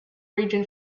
region